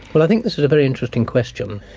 well, i think this is a very interesting question.